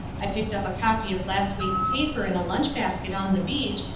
i picked up a copy of last week's paper in a lunch-basket on the beach,